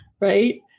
Right